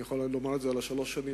אני יכול לומר את זה על שלוש השנים